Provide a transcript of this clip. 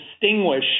distinguish